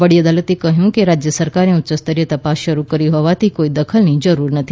વડી અદાલતે કહ્યું કે રાજ્ય સરકારે ઉચ્ય સ્તરીય તપાસ શરૂ કરી હોવાથી કોઈ દખલની જરૂર નથી